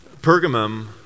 Pergamum